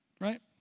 Right